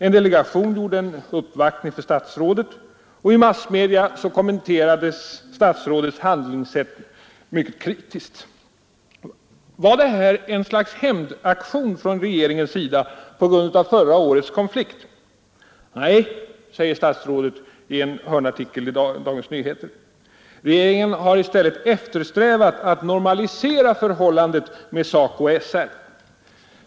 En delegation gjorde en uppvaktning för statsrådet, och i massmedia kommenterades statsrådets handlingssätt mycket kritiskt. Var detta ett slags hämndaktion från regeringen på grund av förra årets konflikt? Nej, säger statsrådet i en hörnartikel i Dagens Nyheter. Regeringen har i stället eftersträvat att normalisera förhållandet med SACO och SR.